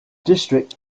district